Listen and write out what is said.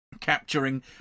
capturing